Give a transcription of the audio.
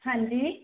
ਹਾਂਜੀ